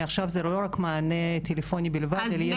מעכשיו זה לא מענה טלפוני בלבד אלא יש כתובת מקצועית.